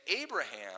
Abraham